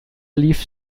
lief